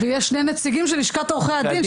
ויש שני נציגים של לשכת עורכי הדין,